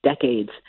decades